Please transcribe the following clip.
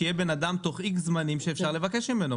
שהיא בן אדם שתוך X זמנים שאפשר לבקש ממנו.